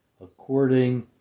according